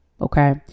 Okay